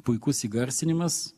puikus įgarsinimas